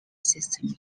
system